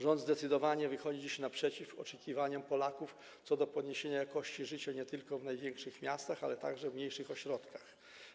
Rząd zdecydowanie wychodzi naprzeciw oczekiwaniom Polaków co do podniesienia jakości życia nie tylko w największych miastach, ale także w mniejszych ośrodkach.